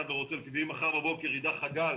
מחר בבוקר ידעך הגל,